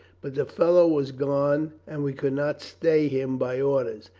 but the fellow was gone and we could not stay him by orders,